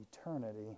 Eternity